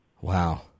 Wow